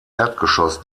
erdgeschoss